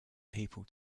people